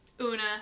una